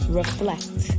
reflect